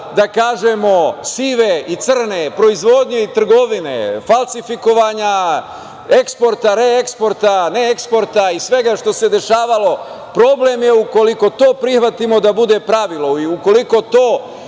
da kažemo, sive i crne proizvodnje, trgovine, falsifikovanja, eksporta, reeksporta, neeksporta i svega što se dešavalo, problem je ukoliko to prihvatimo da bude pravilo i ukoliko to,